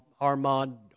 Armand